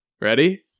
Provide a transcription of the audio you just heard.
Ready